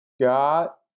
Got